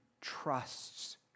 trusts